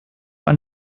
ein